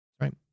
right